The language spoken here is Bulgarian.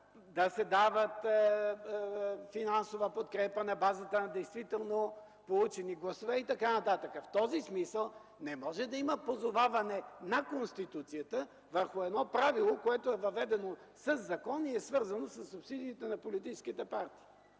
да се дава финансова подкрепа на базата на действително получени гласове и т.н. В този смисъл не може да има позоваване на Конституцията върху едно правило, което е въведено със закон и е свързано със субсидиите на политическите партии.